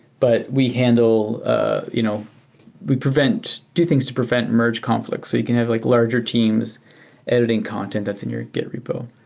but we handle ah you know we prevent, do things to prevent merge conflicts. you can have like larger teams editing content that's in your git repo.